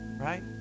Right